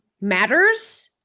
matters